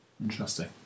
Interesting